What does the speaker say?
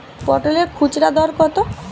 পটলের খুচরা দর কত?